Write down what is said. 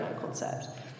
concept